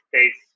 states